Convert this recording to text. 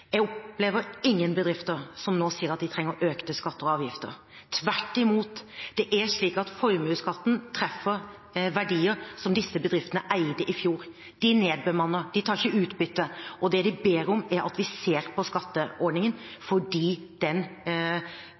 Jeg opplever ingen bedrifter som sier at de trenger økte skatter og avgifter, tvert imot. Formuesskatten treffer verdier som disse bedriftene eide i fjor. De nedbemanner. De tar ikke utbytte. Det de ber om, er at vi ser på skatteordningen, fordi den